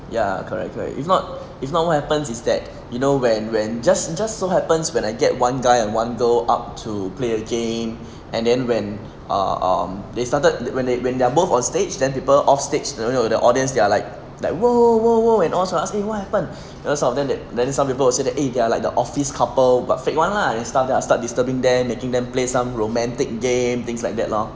ya correct correct if not if not what happens is that you know when when just just so happens when I get one guy and one girl up to play a game and then when ah um they started when they when they are both on stage then people off stage you know the audience they are like like !whoa! !whoa! !whoa! and so I ask what happen because some of them and then some people will say like eh they are like the office couple but fake one lah then start I'll start disturbing them making them play some romantic game things like that lor